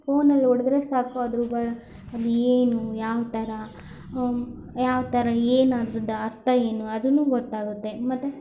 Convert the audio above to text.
ಫೋನಲ್ಲಿ ಹೊಡೆದ್ರೆ ಸಾಕು ಅದ್ರದ್ದು ಅದು ಏನು ಯಾವ ಥರ ಯಾವ ಥರ ಏನದ್ರದ್ದು ಅರ್ಥ ಏನು ಅದೂ ಗೊತ್ತಾಗುತ್ತೆ ಮತ್ತೆ